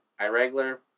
Irregular